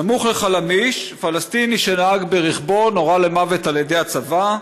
סמוך לחלמיש פלסטיני שנהג ברכבו נורה למוות על ידי הצבא,